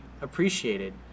appreciated